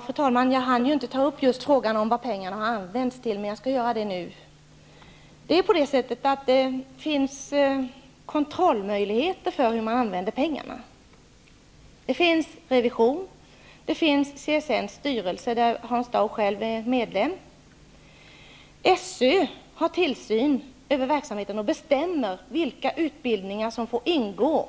Fru talman! Jag hann inte ta upp frågan vad pengarna har använts till. Men jag skall göra det nu. Det finns möjligheter att kontrollera hur pengarna används. Det finns revision och CSN:s styrelse -- där Hans Dau själv är medlem. SÖ har tillsyn över verksamheten och bestämmer vilka utbildningar som får ingå.